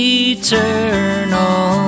eternal